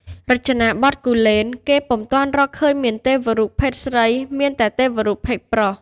ក្នុងរចនាបថគូលែន គេពុំទាន់រកឃើញមានទេវរូបភេទស្រីទេ មានតែទេវរូបភេទប្រុស។